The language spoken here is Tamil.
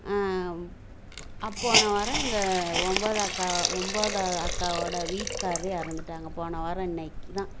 போன வாரம் எங்கள் ஒம்பது அக்கா ஒம்பதாவு அக்காவோடய வீட்டுக்காரரு இறந்துட்டாங்க போன வாரம் இன்றைக்கி தான்